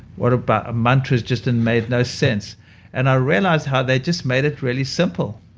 what about. mantras just and made no sense and i realized how they just made it really simple.